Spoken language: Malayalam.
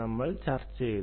നമ്മൾ ഇവിടെ ചർച്ച ചെയ്തു